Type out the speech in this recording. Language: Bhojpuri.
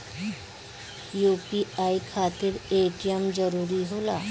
यू.पी.आई खातिर ए.टी.एम जरूरी होला?